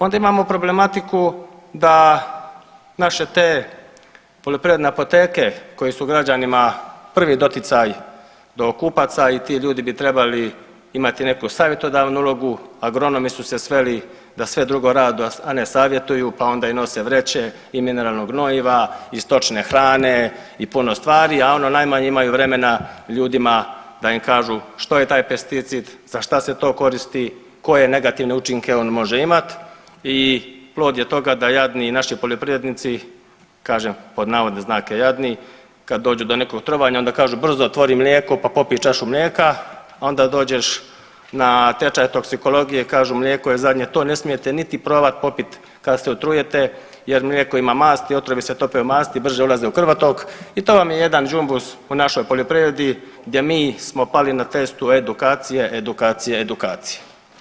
Onda imamo problematiku da naše te poljoprivredne apoteke koje su građanima prvi doticaj do kupaca i ti ljudi bi trebali imati neku savjetodavnu ulogu, agronomi su se sveli da sve drugo rade a ne savjetuju, pa onda i nose vreće i mineralnog gnojiva i stočne hrane i puno stari, a ono najmanje imaju vremena ljudima da im kažu što je taj pesticid, za šta se to koristi, koje negativne učinke on može imati i plod je toga da jadni naši poljoprivrednici kažem pod navodne znake jadni, kad dođu do nekog trovanja onda kažu brzo otvori mlijeko pa popi čašu mlijeka, onda dođeš na tečaj toksikologije kažu mlijeko je zadnje to ne smijete niti probat popit kad se otrujete jer mlijeko ima masti, otrovi se tope u masti, brže ulaze u krvotok i to vam je jedan đumbus u našoj poljoprivredi gdje mi smo pali na testu edukacije, edukacije, edukacije.